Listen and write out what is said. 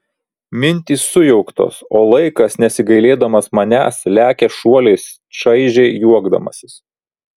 mintys sujauktos o laikas nesigailėdamas manęs lekia šuoliais čaižiai juokdamasis